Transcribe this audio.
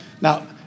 now